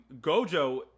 Gojo